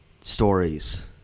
stories